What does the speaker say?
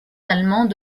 allemands